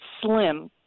slim